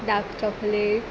dark chocolate